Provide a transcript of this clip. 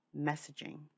messaging